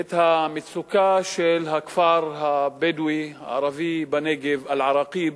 את המצוקה של הכפר הבדואי-הערבי בנגב, אל-עראקיב,